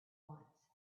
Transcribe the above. once